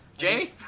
Jamie